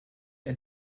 ein